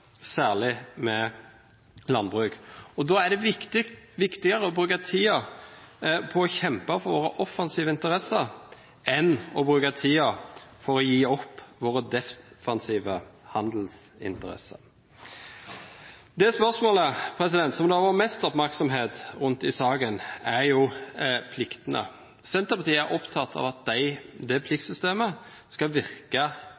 særlig når det gjelder landbruk. Da er det viktigere å bruke tiden på å kjempe for å ha offensive interesser enn å bruke tiden på å gi opp våre defensive handelsinteresser. Det spørsmålet som det har vært mest oppmerksomhet rundt i saken, er pliktene. Senterpartiet er opptatt av at